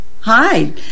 Hi